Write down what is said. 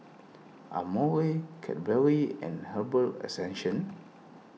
Amore Cadbury and Herbal